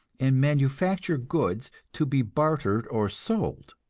and manufacture goods to be bartered or sold.